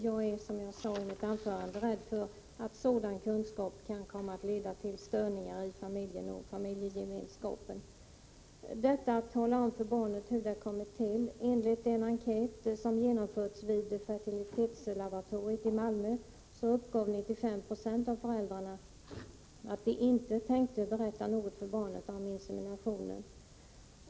Jag är, som jag sade i mitt tidigare anförande, rädd för att sådana kunskaper kan komma att leda till störningar i familjen och i familjegemenskapen. Vid en enkätundersökning som genomförts vid fertilitetslaboratoriet i Malmö uppgav 95 90 av föräldrarna att de inte tänkte berätta något för barnet om inseminationen.